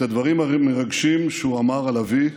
את הדברים המרגשים שהוא אמר על אבי,